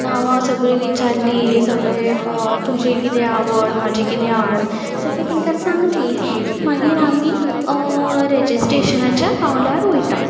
नांवां सगलीं विचारली सगलें तुजें किदें आवड म्हजी किदें आवड सगलीं तेंकां सांगलीं की मागीर आमी रजिस्ट्रेशनाच्या पांवड्यार वयता